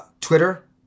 Twitter